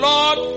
Lord